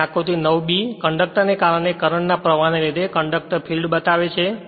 અને આકૃતિ 9 B conductor ને કારણે કરંટ ના પ્રવાહ ના લીધે કંડક્ટર ફિલ્ડ બતાવે છે